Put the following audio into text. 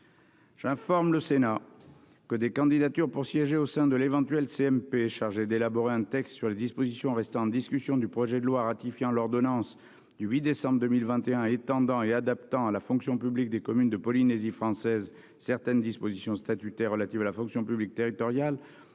J'informe le Sénat que des candidatures pour siéger au sein de l'éventuelle commission mixte paritaire chargée d'élaborer un texte sur les dispositions restant en discussion du projet de loi ratifiant l'ordonnance n° 2021-1605 du 8 décembre 2021 étendant et adaptant à la fonction publique des communes de Polynésie française certaines dispositions statutaires relatives à la fonction publique territoriale